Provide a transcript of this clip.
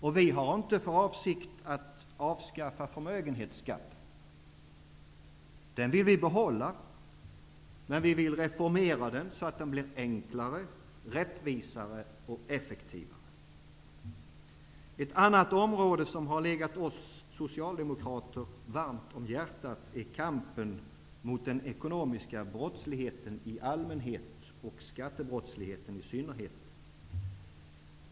Och vi har inte för avsikt att avskaffa förmögenhetsskatten. Vi vill behålla den och reformera den så, att den blir enklare, rättvisare och effektivare. Ett annat område som länge har legat oss socialdemokrater varmt om hjärtat är kampen mot den ekonomiska brottsligheten i allmänhet och skattebrottsligheten i synnerhet.